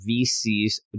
VCs